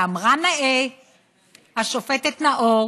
ואמרה נאה השופטת נאור